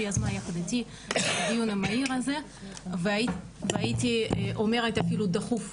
שיזמה יחד איתי את הדיון המהיר הזה והייתי אומרת אפילו דחוף.